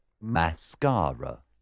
Mascara